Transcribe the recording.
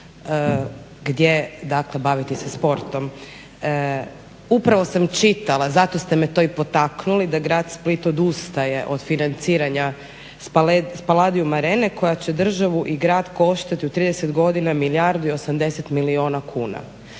gdje, dakle baviti se sportom. Upravo sam čitala, zato ste me to i potaknuli, da Grad Split odustaje od financiranja Spaladium arene koja će državu i grad koštati u 30 godina milijardu i osamdeset milijuna kuna.